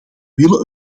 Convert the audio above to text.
willen